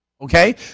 Okay